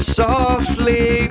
softly